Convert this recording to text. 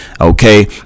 Okay